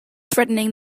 threatening